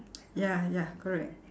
ya ya correct